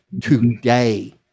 today